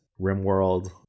RimWorld